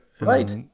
Right